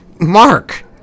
Mark